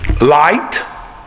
Light